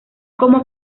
como